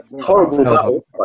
horrible